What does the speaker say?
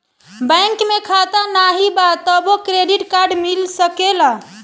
Bank में खाता नाही बा तबो क्रेडिट कार्ड मिल सकेला?